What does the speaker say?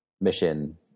mission